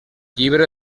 llibre